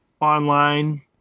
online